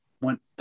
went